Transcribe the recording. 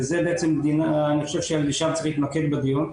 וזה בעצם אני חושב ששם צריך להתמקד בדיון,